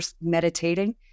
meditating